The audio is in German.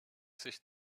sich